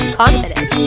confident